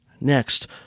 Next